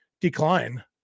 decline